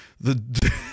The-